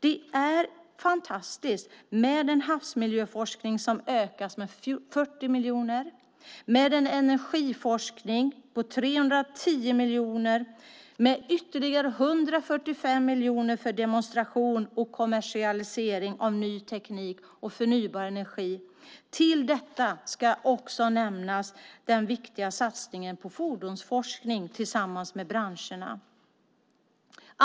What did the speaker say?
Det är fantastiskt med en havsmiljöforskning som ökas med 40 miljoner, med en energiforskning på 310 miljoner och med ytterligare 145 miljoner för demonstration och kommersialisering av ny teknik och förnybar energi. Till detta ska också nämnas den viktiga satsningen på fordonsforskning tillsammans med branscherna.